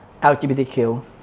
LGBTQ